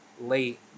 late